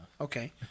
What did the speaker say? Okay